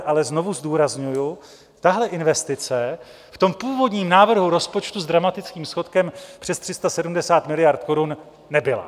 Ale znovu zdůrazňuji, tahle investice v tom původním návrhu rozpočtu s dramatickým schodkem přes 370 miliard korun nebyla.